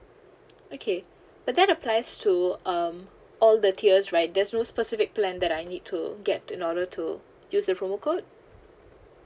okay but that applies to um all the tiers right there's no specific plan that I need to get in order to use the promo code